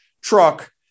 truck